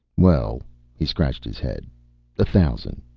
well he scratched his head a thousand?